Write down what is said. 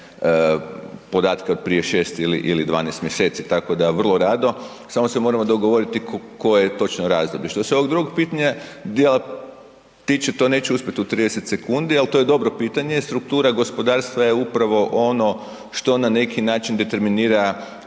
podatke od prije 6 ili 12 mjeseci. Tako da vrlo rado, samo se moramo dogovoriti koje točno razdoblje. Što se ovog drugog pitanja, dijela tiče to neću uspjeti u 30 sekundi, ali to je dobro pitanje. Struktura gospodarstva je upravo ono što na neki način determinira